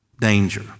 danger